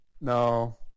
no